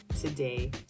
today